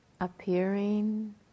appearing